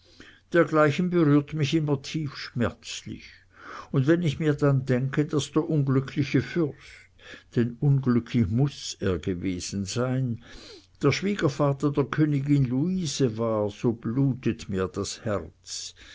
dergleichen berührt mich immer tief schmerzlich und wenn ich mir dann denke daß der unglückliche fürst denn unglücklich muß er gewesen sein der schwiegervater der königin luise war so blutet mir das herz